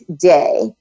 day